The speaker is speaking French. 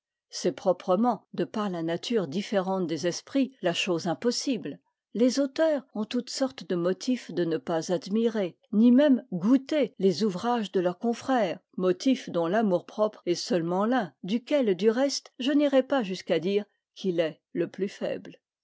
c'est proprement de par la nature différente des esprits la chose impossible les auteurs ont toutes sortes de motifs de ne pas admirer ni même goûter les ouvrages de leurs confrères motifs dont l'amour-propre est seulement l'un duquel du reste je n'irai pas jusqu'à dire qu'il est le plus faible